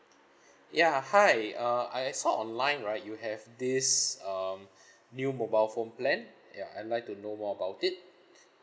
ya hi uh I I saw online right you have this um new mobile phone plan ya I'd like to know more about it